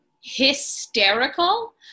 hysterical